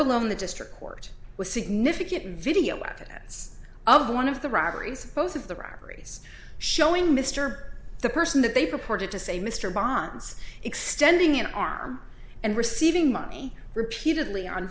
below in the district court with significant video evidence of one of the robberies both of the robberies showing mr the person that they purported to say mr bond's extending an arm and receiving money repeatedly on